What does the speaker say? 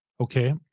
Okay